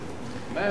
מה יעשו?